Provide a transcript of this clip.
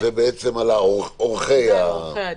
זה על עורכי הדין.